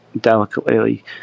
delicately